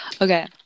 Okay